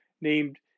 named